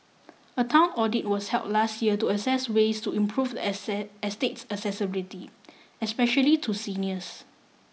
a town audit was held last year to assess ways to improve the the estate accessibility especially to seniors